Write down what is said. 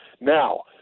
Now